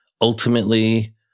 ultimately